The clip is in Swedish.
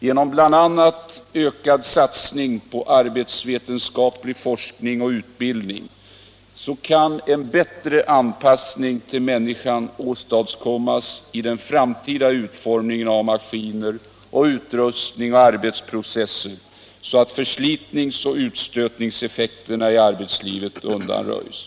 Genom bl.a. ökad satsning på arbetsvetenskaplig forskning och utbildning kan en bättre anpassning till människan åstadkommas i den framtida utformningen av maskiner, utrustning och arbetsprocesser, så att förslitnings-och utstötningseffekterna i arbetslivet undanröjs.